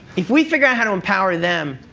if we figure out how to empower them,